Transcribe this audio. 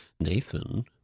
Nathan